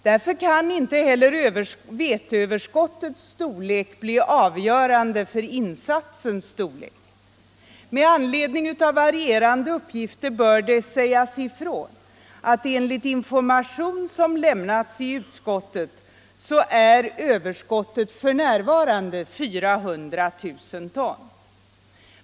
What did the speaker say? Därför kan inte heller veteöverskottets storlek bli avgörande för insatsens storlek. Med anledning av varierande uppgifter bör det sägas ifrån att enligt information som lämnats i utskottet är överskottet för närvarande 400 000 ton.